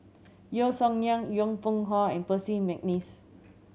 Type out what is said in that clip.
Yeo Song Nian Yong Pung How and Percy McNeice